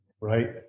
right